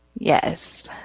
Yes